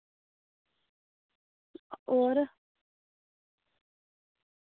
होर